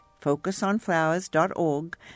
focusonflowers.org